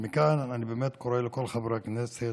מכאן אני קורא לכל חברי הכנסת: